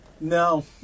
No